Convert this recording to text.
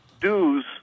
dues